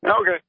Okay